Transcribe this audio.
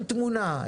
עם תמונה,